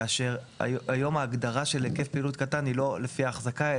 כאשר היום ההגדרה של היקף פעילות קטן היא לא לפי ההחזקה,